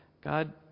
God